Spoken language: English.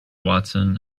watson